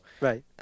Right